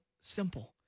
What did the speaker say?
simple